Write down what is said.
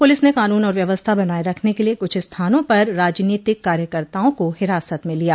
police ने कानून और व्यवस्था बनाए रखने के लिए कुछ स्थानों पर राजनीतिक कार्यकर्ताओं को हिरासत में लिया